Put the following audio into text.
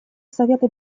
совета